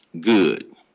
good